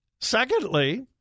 Secondly